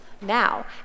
now